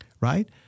right